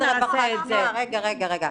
רגע,